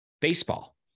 baseball